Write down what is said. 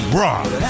rock